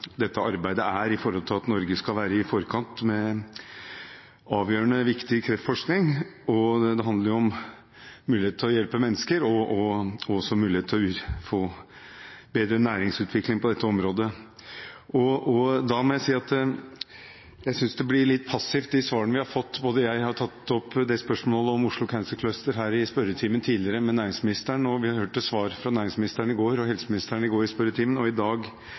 dette arbeidet er for at Norge skal være i forkant med avgjørende viktig kreftforskning. Det handler om muligheten til å hjelpe mennesker og også muligheten til å få bedre næringsutvikling på dette området. Da må jeg si at jeg synes de svarene vi har fått, blir litt passive. Jeg har tatt opp spørsmålet om Oslo Cancer Cluster i spørretimen tidligere, med næringsministeren, og vi hørte svar fra næringsministeren og fra helseministeren i spørretimen i går – og i debatten i dag